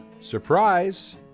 Surprise